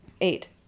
Eight